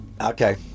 Okay